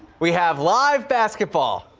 we have live basketball.